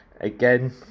Again